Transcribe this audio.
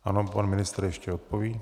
Ano, pan ministr ještě odpoví.